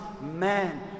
man